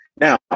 Now